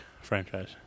franchise